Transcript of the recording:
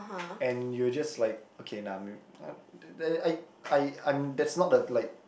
and you were just like okay nah maybe I I I'm there's not the like